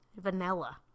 vanilla